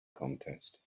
contest